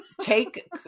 take